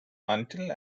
until